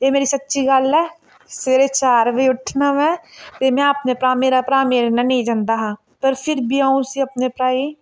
एह् मेरी सच्ची गल्ल ऐ सवेरे चार बजे उट्ठना में ते में अपने भ्राऽ मेरा भ्राऽ मेरा ने नेईं जंदा हा पर फिर बी आ'ऊं उसी अपने भ्राऽ गी